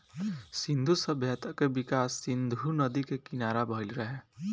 सिंधु सभ्यता के विकास सिंधु नदी के किनारा भईल रहे